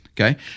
Okay